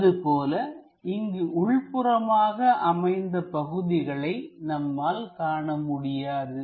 அதுபோல இங்கு உள்புறமாக அமைந்த பகுதிகளை நம்மால் காண முடியாது